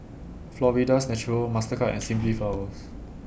Florida's Natural Mastercard and Simply Flowers